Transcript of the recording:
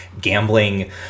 gambling